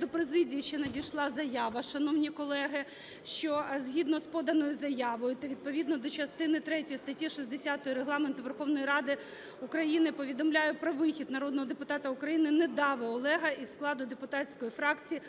до президії ще надійшла заява, шановні колеги, що згідно з поданою заявою та відповідно до частини третьої статті 60 Регламенту Верховної Ради України повідомляю про вихід народного депутата України Недави Олега із складу депутатської фракції